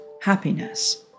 happiness